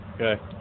Okay